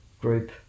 group